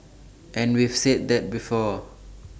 and we've said that before